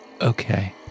okay